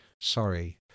Sorry